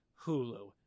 Hulu